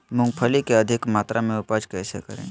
मूंगफली के अधिक मात्रा मे उपज कैसे करें?